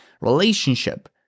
relationship